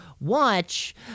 watch